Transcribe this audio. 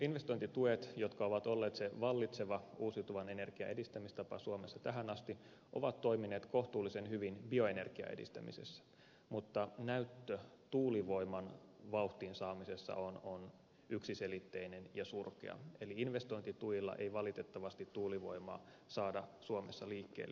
investointituet jotka ovat olleet se vallitseva uusiutuvan energian edistämistapa suomessa tähän asti ovat toimineet kohtuullisen hyvin bioenergian edistämisessä mutta näyttö tuulivoiman vauhtiin saamisessa on yksiselitteinen ja surkea eli investointituilla ei valitettavasti tuulivoimaa saada suomessa liikkeelle